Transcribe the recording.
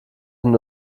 den